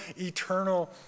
eternal